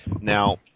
Now